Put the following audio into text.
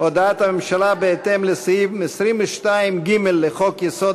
הודעת הממשלה בהתאם לסעיף 22(ג) לחוק-יסוד: